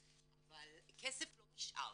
אבל כסף לא נשאר.